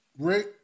Great